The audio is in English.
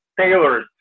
tailors